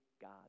god